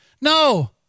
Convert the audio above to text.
No